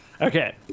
Okay